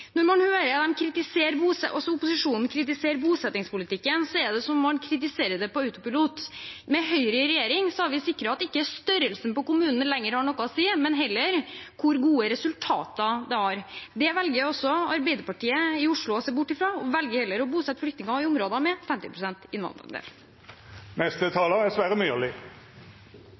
opposisjonen kritisere bosettingspolitikken, er det som om man kritiserer det på autopilot. Med Høyre i regjering har vi sikret at størrelsen på kommunen ikke lenger har noe å si, men heller hvor gode resultater de har. Det velger altså Arbeiderpartiet i Oslo å se bort fra. De velger heller å bosette flyktninger i områder med